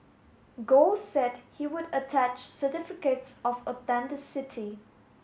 Gold said he would attach certificates of authenticity